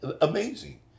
amazing